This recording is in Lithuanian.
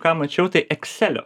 ką mačiau tai ekselio